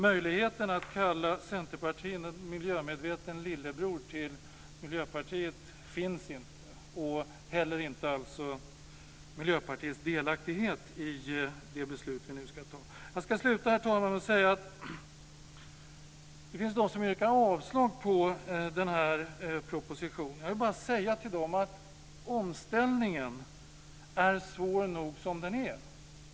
Möjligheten att kalla Centerpartiet en miljömedveten lillebror till Miljöpartiet finns inte, och heller inte Miljöpartiets delaktighet i det beslut vi nu ska fatta. Herr talman! Det finns de som yrkar avslag på propositionen. Jag vill säga till dem att omställningen är svår nog som den är.